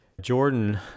Jordan